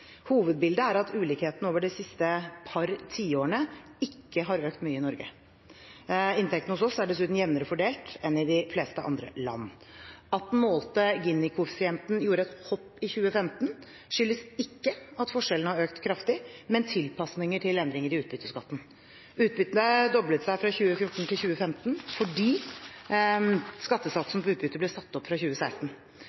Hovedbildet er at ulikhetene over de siste par tiårene ikke har økt mye i Norge. Inntektene hos oss er dessuten jevnere fordelt enn i de fleste andre land. At den målte Gini-koeffisienten gjorde et hopp i 2015, skyldes ikke at forskjellene har økt kraftig, men tilpasninger til endringer i utbytteskatten. Utbyttene doblet seg fra 2014 til 2015 fordi